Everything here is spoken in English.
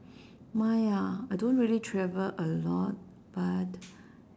mine ah I don't really travel a lot but